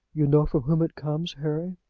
you know from whom it comes, harry?